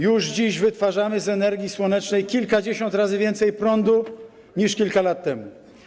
Już dziś wytwarzamy z energii słonecznej kilkadziesiąt razy więcej prądu niż kilka lat temu.